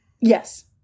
Yes